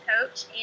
coach